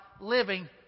living